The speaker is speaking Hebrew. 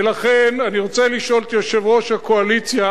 ולכן אני רוצה לשאול את יושב-ראש הקואליציה